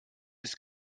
ist